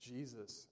Jesus